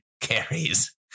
carries